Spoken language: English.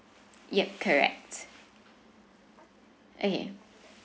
yup correct okay